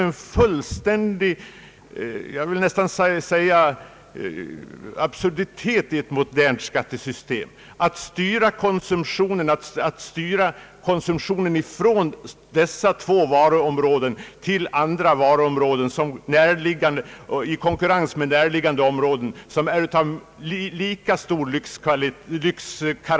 Det framstår för mig som en absurditet i ett modernt skattesystem att beskattningen används för att styra konsumtionen från vissa varuområden till andra konkurrerande varugrupper som för den enskilda människan är lika umbärliga.